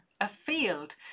afield